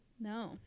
no